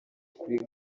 kuri